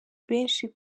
benshi